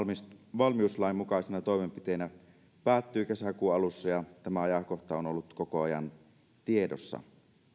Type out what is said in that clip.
valmiuslain mukaisena toimenpiteenä päättyy kesäkuun alussa ja tämä ajankohta on ollut koko ajan tiedossa